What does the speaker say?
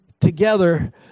together